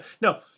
No